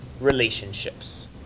relationships